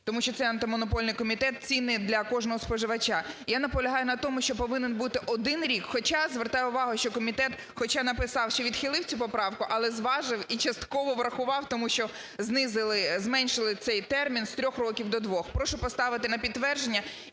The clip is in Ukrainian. тому що цей Антимонопольний комітет цінний для кожного споживача. Я наполягаю на тому, що повинен бути 1 рік, хоча звертаю увагу, що комітет, хоча написав, що відхилив цю поправку, але зважив і частково врахував, тому що знизили, зменшили цей термін з 3 років до 2. Прошу поставити на підтвердження